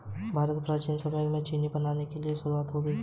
भारत में प्राचीन समय में ही चीनी बनाने की शुरुआत हो गयी थी